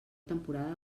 temporada